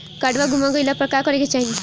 काडवा गुमा गइला पर का करेके चाहीं?